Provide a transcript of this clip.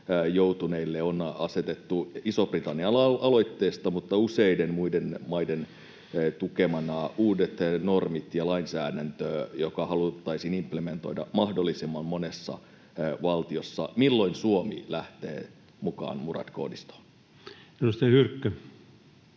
joutuneille on asetettu Ison-Britannian aloitteesta mutta useiden muiden maiden tukemana uudet normit ja lainsäädäntö, joka haluttaisiin implementoida mahdollisimman monessa valtiossa. Milloin Suomi lähtee mukaan Murad-koodistoon? [Speech 292]